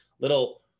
little